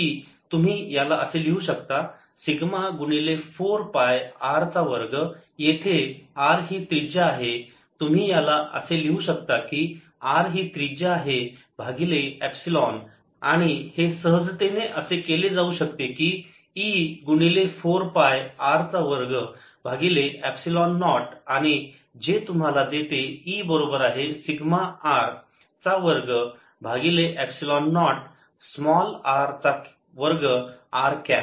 तुम्ही याला असे लिहू शकता सिग्मा गुणिले 4 पाय R चा वर्ग येथे R ही त्रिज्या आहे तुम्ही याला असे लिहू शकता की R ही त्रिज्या आहे भागिले एपसिलोन आणि हे सहजतेने असे केले जाऊ शकते की E गुणिले 4 पाय R चा वर्ग भागिले एपसिलोन नॉट आणि जे तुम्हाला देते E बरोबर आहे सिग्मा R चा वर्ग भागिले एपसिलोन नॉट स्मॉल r चा वर्ग r कॅप